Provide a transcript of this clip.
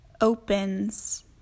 Opens